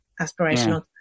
aspirational